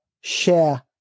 share